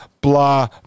blah